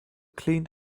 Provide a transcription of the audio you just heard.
cleaned